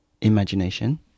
Imagination